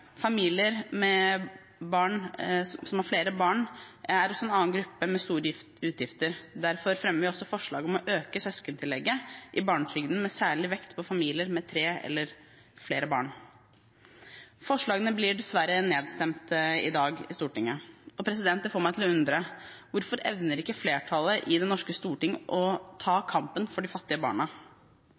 Familier som har flere barn, er en annen gruppe med store utgifter. Derfor fremmer vi også forslag om å øke søskentillegget i barnetrygden, med særlig vekt på familier med tre eller flere barn. Forslagene blir dessverre nedstemt i Stortinget i dag. Det får meg til å undre: Hvorfor evner ikke flertallet i Det norske storting å ta kampen for de fattige barna?